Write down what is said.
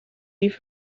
leave